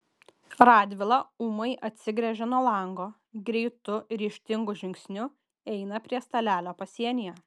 radvila ūmai atsigręžia nuo lango greitu ryžtingu žingsniu eina prie stalelio pasienyje